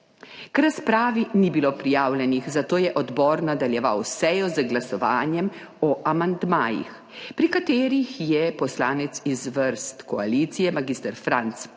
K razpravi ni bilo prijavljenih, zato je odbor nadaljeval sejo z glasovanjem o amandmajih pri katerih je poslanec iz vrst koalicije, mag. Franc Props